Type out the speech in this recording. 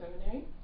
Seminary